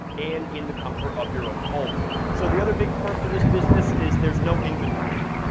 and in the comfort of your own home. so the other big perk to this business is there's no inventory,